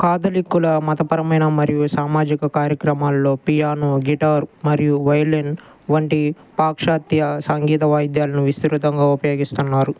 కాథలిక్కుల మతపరమైన మరియు సామాజిక కార్యక్రమాలలో పియానో గిటార్ మరియు వయోలిన్ వంటి పాశ్చాత్య సంగీత వాయిద్యాలను విస్తృతంగా ఉపయోగిస్తున్నారు